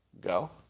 Go